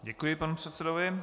Děkuji panu předsedovi.